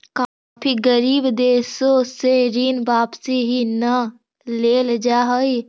काफी गरीब देशों से ऋण वापिस ही न लेल जा हई